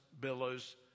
billows